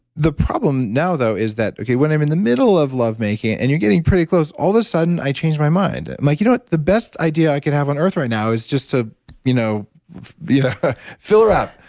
the problem now though is that, okay, when i'm in the middle of lovemaking and you're getting pretty close, all of a sudden, i change my mind. i'm like, you know what, the best idea i could have on earth right now is just to you know be yeah fill her up,